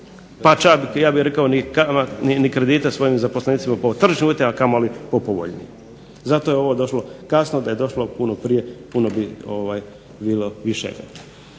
pa čak ja bih rekao ni kredite svojim zaposlenicima po tržišnim uvjetima, a kamoli po povoljnijim. Zato je ovo došlo kasno, da je došlo puno prije puno bi bilo